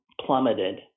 plummeted